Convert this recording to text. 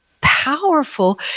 powerful